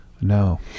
no